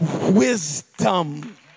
Wisdom